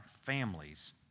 families